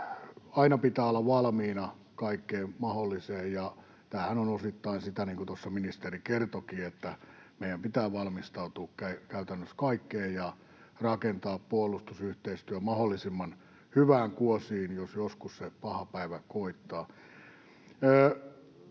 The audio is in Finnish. Aina pitää olla valmiina kaikkeen mahdolliseen, ja tämähän on osittain sitä, niin kuin tuossa ministeri kertoikin, että meidän pitää valmistautua käytännössä kaikkeen ja rakentaa puolustusyhteistyö mahdollisimman hyvään kuosiin, jos joskus se paha päivä koittaa.